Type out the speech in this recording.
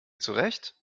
zurecht